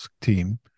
team